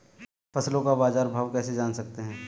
फसलों का बाज़ार भाव कैसे जान सकते हैं?